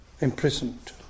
Imprisoned